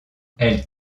elle